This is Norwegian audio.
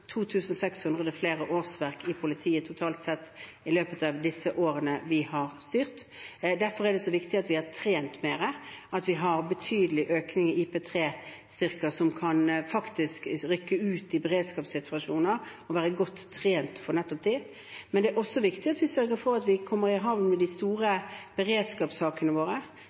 flere årsverk i politiet totalt sett – i løpet av de årene vi har styrt. Derfor er det så viktig at vi har trent mer, at vi har en betydelig økning i IP3-styrker som kan rykke ut i beredskapssituasjoner og være godt trent nettopp for dette. Men det er også viktig at vi sørger for å komme i havn med de store beredskapssakene våre,